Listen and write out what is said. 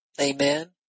Amen